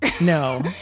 No